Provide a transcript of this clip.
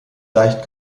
leicht